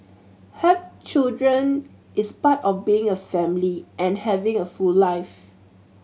having children is part of being a family and having a full life